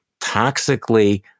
toxically